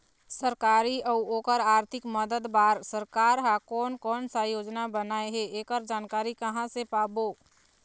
सरकारी अउ ओकर आरथिक मदद बार सरकार हा कोन कौन सा योजना बनाए हे ऐकर जानकारी कहां से पाबो?